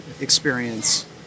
experience